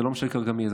זה לא משנה כרגע מי זה,